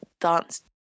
dance